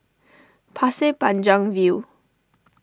Pasir Panjang View